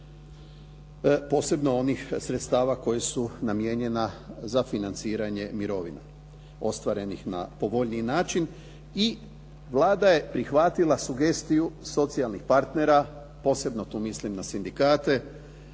posebno onih sredstava koja su namijenjena za financiranje mirovina ostvarenih na povoljniji način i Vlada je prihvatila sugestiju socijalnih partnera, posebno tu mislim na sindikate